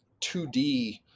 2D